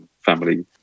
family